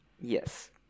Yes